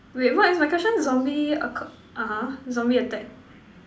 wait what is my question zombie aco~ (uh huh) zombie attack